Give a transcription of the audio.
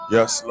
Yes